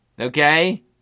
Okay